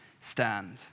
stand